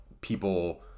people